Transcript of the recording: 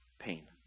pain